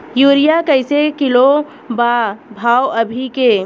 Urea कइसे kilo बा भाव अभी के?